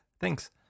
Thanks